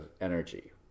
energy